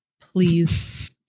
please